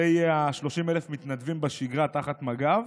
זה יהיה 30,000 המתנדבים בשגרה תחת מג"ב.